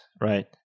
right